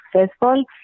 successful